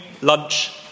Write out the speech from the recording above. lunch